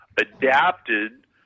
adapted